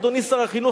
אדוני שר החינוך,